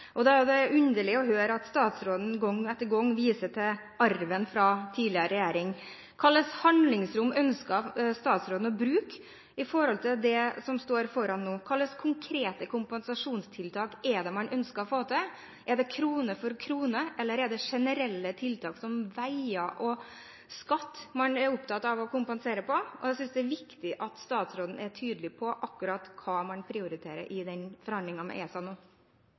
er det underlig å høre at statsråden gang etter gang viser til arven fra tidligere regjering. Hvilket handlingsrom ønsker statsråden å bruke i forhold til det som står foran nå? Hvilke konkrete kompensasjonstiltak er det man ønsker å få til? Er det krone for krone, eller er det generelle tiltak som veier og skatt man er opptatt av å kompensere på? Jeg synes det er viktig at statsråden er tydelig på akkurat hva man prioriterer i forhandlingene med ESA nå.